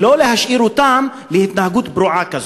ולא להשאיר אותם להתנהגות פרועה כזאת.